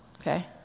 Okay